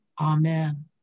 Amen